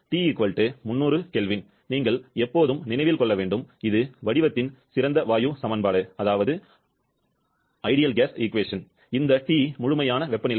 T 300 K நீங்கள் எப்போதும் நினைவில் கொள்ள வேண்டும் இது வடிவத்தின் சிறந்த வாயு சமன்பாடு இந்த T முழுமையான வெப்பநிலை